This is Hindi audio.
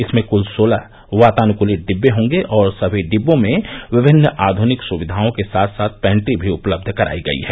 इसमें कुल सोलह वातानुकूलित डिब्बे होंगे और सभी डिब्बों में विभिन्न आयुनिक सुविवाओं के साथ साथ पैन्ट्री भी उपलब्ध कराई गई है